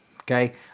Okay